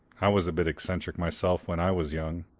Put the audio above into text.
i was a bit eccentric myself when i was young.